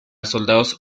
soldados